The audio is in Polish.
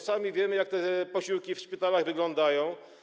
Sami wiemy, jak te posiłki w szpitalach wyglądają.